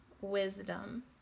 Wisdom